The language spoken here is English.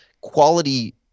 quality